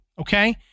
Okay